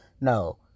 No